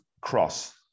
Cross